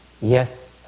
Yes